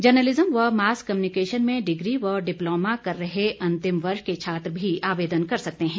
journalism व mass communication में degree व डिप्लोमा कर रहे अंतिम वर्ष के छात्र भी आवेदन कर सकते हैं